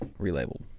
relabeled